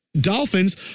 Dolphins